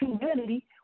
humanity